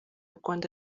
rwanda